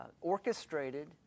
orchestrated